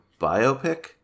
biopic